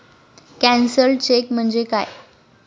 Cancelled cheque म्हणजे काय?